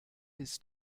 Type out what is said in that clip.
his